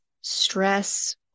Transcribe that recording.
stress